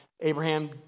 Abraham